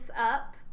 up